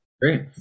Great